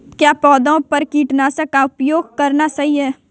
क्या पौधों पर कीटनाशक का उपयोग करना सही है?